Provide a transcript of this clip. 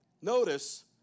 Notice